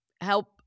help